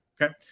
okay